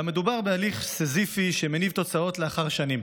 אולם מדובר בהליך סיזיפי, שמניב תוצאות לאחר שנים.